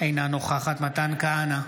אינה נוכחת מתן כהנא,